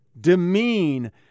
demean